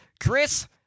Chris